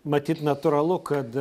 matyt natūralu kad